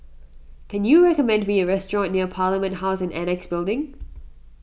can you recommend me a restaurant near Parliament House and Annexe Building